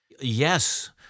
Yes